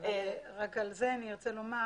על זה אני ארצה לומר